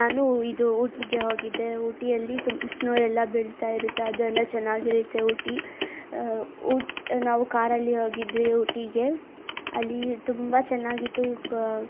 ನಾನು ಇದು ಊಟಿಗೆ ಹೋಗಿದ್ದೆ ಊಟಿಯಲ್ಲಿ ತುಂ ಸ್ನೋ ಎಲ್ಲ ಬೀಳ್ತಾಯಿರುತ್ತೆ ಅದು ಎಲ್ಲ ಚೆನ್ನಾಗಿರುತ್ತೆ ಊಟಿ ಊಟಿ ನಾವು ಕಾರಲ್ಲಿ ಹೋಗಿದ್ವಿ ಊಟಿಗೆ ಅಲ್ಲಿ ತುಂಬ ಚೆನ್ನಾಗಿತ್ತು